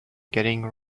getting